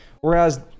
Whereas